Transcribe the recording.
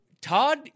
Todd